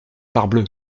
parbleu